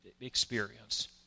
experience